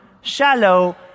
shallow